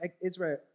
Israel